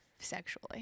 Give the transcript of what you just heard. sexually